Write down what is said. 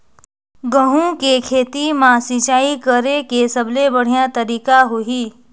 गंहू के खेती मां सिंचाई करेके सबले बढ़िया तरीका होही?